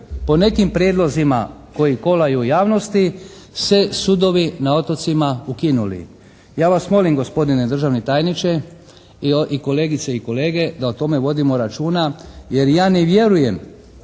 po nekim prijedlozima koji kolaju u javnosti se sudovi na otocima ukinuli. Ja vas molim gospodine državni tajniče i kolegice i kolege da o tome vodimo računa jer ja ne vjerujem,